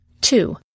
Two